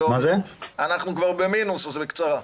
כבר במינוס, אז בקצרה.